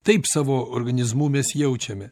taip savo organizmu mes jaučiame